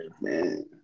Man